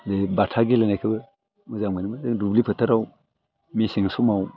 बे बाथा गेलेनायखौबो मोजां मोनोमोन जों दुब्लि फोथाराव मेसें समाव